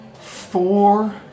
Four